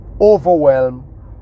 overwhelm